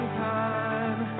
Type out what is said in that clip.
time